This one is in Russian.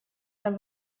так